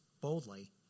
boldly